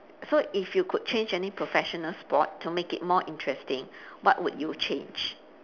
so if you could change any professional sport to make it more interesting what would you change